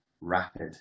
rapid